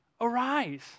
arise